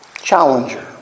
Challenger